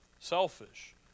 Selfish